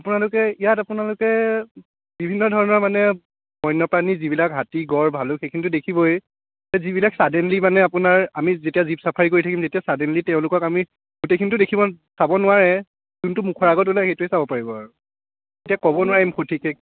আপোনালোকে ইয়াত আপোনালোকে বিভিন্ন ধৰণৰ মানে বন্যপ্ৰাণী যিবিলাক হাতী গড় ভালুক সেইখিনিতো দেখিবই যিবিলাক ছাডেনলি মানে আপোনাৰ আমি যেতিয়া জীপ চাফাৰী কৰি থাকিম তেতিয়া ছাডেনলি তেওঁলোকক আমি গোটেইখিনিতো দেখিব চাব নোৱাৰে যোনটো মুখৰ আগত ওলায় সেইটোৱে চাব পাৰিব আৰু এতিয়া ক'ব নোৱাৰিম সঠিককৈ